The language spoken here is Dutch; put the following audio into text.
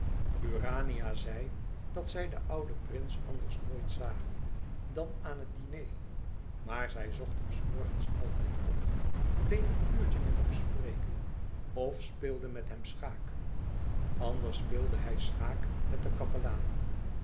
zei dat zij den ouden prins anders nooit zagen dan aan het diner maar zij zocht hem s morgens altijd op bleef een uurtje met hem spreken of speelde met hem schaak anders speelde hij schaak met den kapelaan